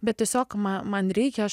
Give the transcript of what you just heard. bet tiesiog man reikia aš